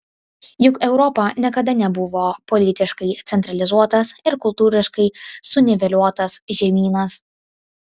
juk europa niekada nebuvo politiškai centralizuotas ir kultūriškai suniveliuotas žemynas